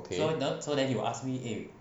okay